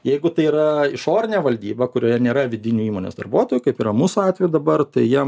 jeigu tai yra išorinė valdyba kurioje nėra vidinių įmonės darbuotojų kaip yra mūsų atveju dabar tai jiem